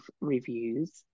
reviews